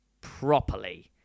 properly